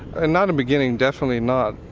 and not at beginning, definitely not.